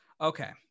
Okay